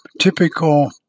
typical